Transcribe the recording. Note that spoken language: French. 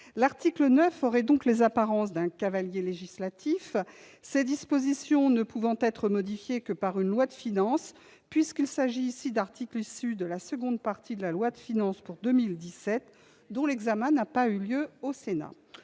L'article 9 aurait donc les apparences d'un « cavalier » législatif, les dispositions modifiées ne pouvant l'être que par une loi de finances, puisqu'il s'agit ici d'articles issus de la seconde partie de la loi de finances pour 2017, dont l'examen n'a pas eu lieu au Sénat.